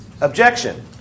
Objection